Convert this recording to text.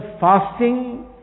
fasting